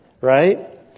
Right